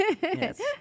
Yes